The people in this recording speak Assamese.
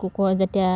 কুকুৰা যেতিয়া